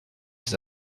ces